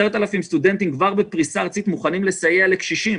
10,000 סטודנטים כבר בפריסה ארצית מוכנים לסייע לקשישים.